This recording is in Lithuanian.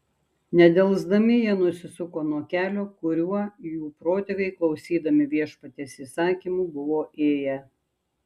nedelsdami jie nusisuko nuo kelio kuriuo jų protėviai klausydami viešpaties įsakymų buvo ėję